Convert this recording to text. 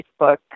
Facebook